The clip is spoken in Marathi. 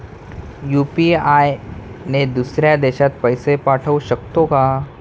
यु.पी.आय ने दुसऱ्या देशात पैसे पाठवू शकतो का?